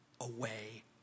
away